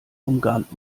umgarnt